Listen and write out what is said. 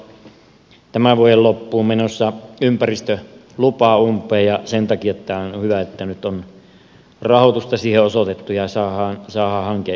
siellä on tämän vuoden loppuun mennessä menossa ympäristölupa umpeen ja sen takia on hyvä että nyt on rahoitusta siihen osoitettu ja saadaan hanke liikkeelle